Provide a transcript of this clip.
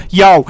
yo